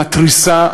המתריסה,